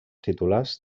titulars